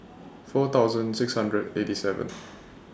four thousand six hundred eighty seven